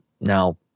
Now